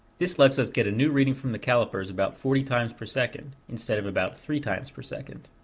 this lets us get a new reading from the calipers about forty times per second instead of about three times per second.